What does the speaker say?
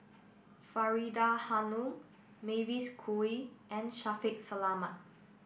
Faridah Hanum Mavis Khoo Oei and Shaffiq Selamat